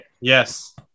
yes